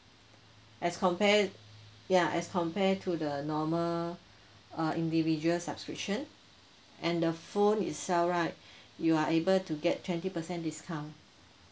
as compare ya as compare to the normal uh individual subscription and the phone itself right you are able to get twenty percent discount